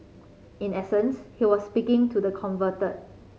in essence he was speaking to the converted